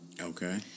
Okay